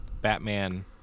Batman